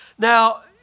Now